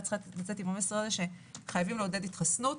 צריכה לצאת עם המסר הזה שחייבים לעודד התחסנות.